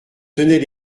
tenait